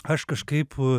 aš kažkaip